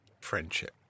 friendship